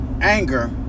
anger